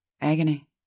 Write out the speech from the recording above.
agony